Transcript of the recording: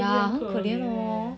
ya 很可怜 hor